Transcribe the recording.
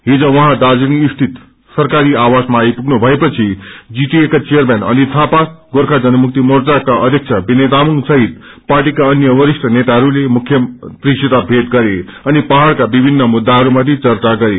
हिज उहाँ दार्जीलिङ स्थित सरारी आवासमा आइप्मन्न भएपछि जीटीए का चेयरम्यान अनित थापा गोर्खा जनमुक्ति मोर्चाका अध्यक्ष विनय तामाङ सहित पार्टीका अन्य वरिष्ठ नेताहरूले मुख्यमनत्रीसित भेट गरे अनि पहाङका विभिन्न मुद्धाहरूमाथि चर्चा गरे